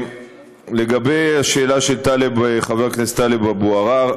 לגבי השאלה של חבר הכנסת טלב אבו עראר,